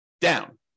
down